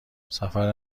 سفر